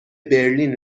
برلین